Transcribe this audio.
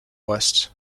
west